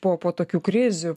po po tokių krizių